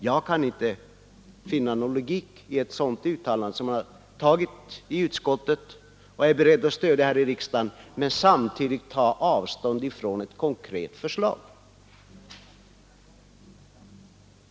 Jag kan inte finna någon logik i att man är beredd att stödja ett uttalande i utskottet och samtidigt tar avstånd från ett konkret förslag.